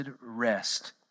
rest